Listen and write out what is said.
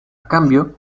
cambio